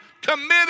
committed